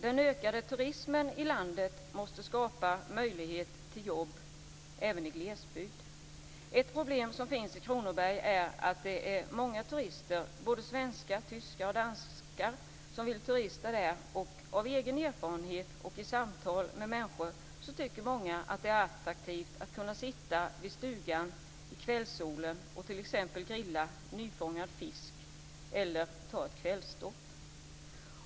Den ökade turismen i landet måste skapa möjligheter till jobb även i glesbygd. Ett problem som finns i Kronoberg är att det är många turister, såväl svenskar som tyskar och danskar, som vill turista där. Av egen erfarenhet och samtal med människor vet jag att många tycker att det är attraktivt att kunna sitta vid stugan i kvällssolen och t.ex. grilla nyfångad fisk eller ta ett kvällsdopp.